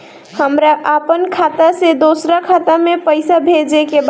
हमरा आपन खाता से दोसरा खाता में पइसा भेजे के बा